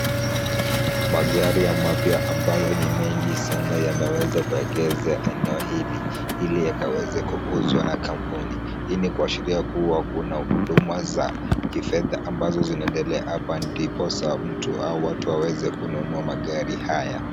Magari mapya ambayo ni mengi sana yameweza kuegezwa eneo hili ili yakaweze kuuzwa na kampuni. Hii ni kuashiria kuwa kuna huduma za kifedha ambao zinaendelea hapa, ndiposa mtu au watu waweze kununua magari haya.